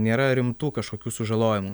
nėra rimtų kažkokių sužalojimų